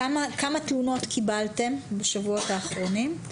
כמה תלונות קיבלתם בשבועות האחרונים?